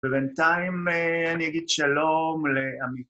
ובינתיים אני אגיד שלום לעמית